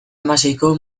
hamaseiko